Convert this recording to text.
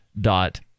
dot